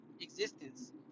existence